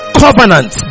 covenant